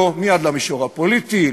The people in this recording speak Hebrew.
לא מייד למישור הפוליטי,